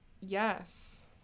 yes